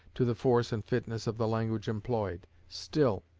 to the force and fitness of the language employed. still,